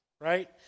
right